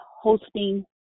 hosting